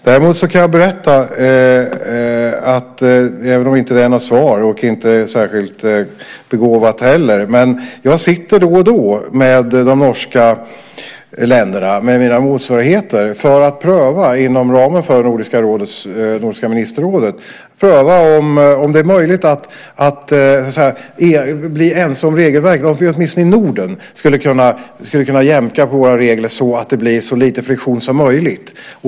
Däremot kan jag berätta - även om det inte är något svar och inte heller särskilt begåvat - att jag då och då sitter ned med mina motsvarigheter i de nordiska länderna för att inom ramen för Nordiska ministerrådet pröva om det är möjligt att så att säga bli ense om regelverket, om åtminstone vi i Norden kunde jämka på våra regler så att det blir så lite friktion som möjligt.